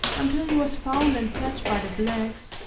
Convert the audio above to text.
until he was found and fed by the blacks,